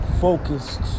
focused